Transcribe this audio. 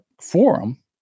Forum